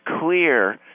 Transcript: clear